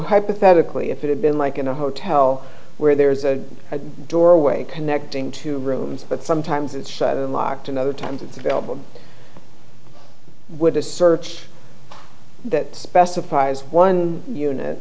hypothetically if it had been like in a hotel where there's a doorway connecting two rooms but sometimes it's locked in other times it's available would a search that specifies one unit